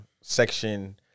section